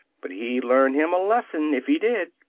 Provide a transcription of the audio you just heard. but he learned him a lesson, if he did!